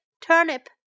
turnip